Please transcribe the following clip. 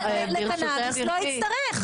אבל גברתי,